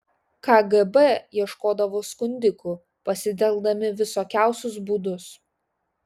kgb ieškodavo skundikų pasitelkdami visokiausius būdus